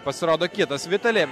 pasirodo kitas vitali